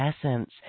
essence